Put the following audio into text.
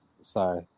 Sorry